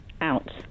Out